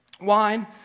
wine